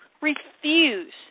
refuse